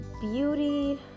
beauty